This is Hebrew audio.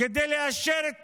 כדי לאשר את